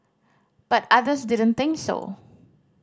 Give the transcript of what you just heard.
but others didn't think so